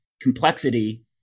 complexity